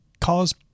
cause